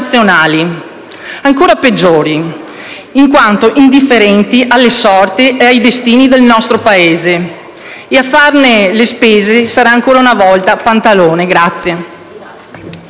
internazionali, ancora peggiori, in quanto indifferenti alle sorti ed ai destini del nostro Paese. A farne le spese sarà, ancora una volta, Pantalone.